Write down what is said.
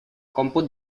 còmput